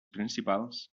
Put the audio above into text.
principals